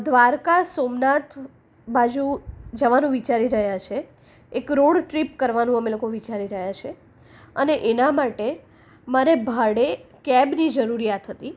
દ્વારકા સોમનાથ બાજુ જવાનું વિચારી રહ્યાં છીએ એક રોડ ટ્રીપ અમે લોકો કરવાનું વિચારી રહ્યાં છીએ અને એના માટે મારે ભાડે કેબની જરૂરિયાત હતી